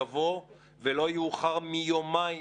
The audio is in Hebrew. יבוא: "תישלח לפני העברת הבקשה לקבלת סיוע,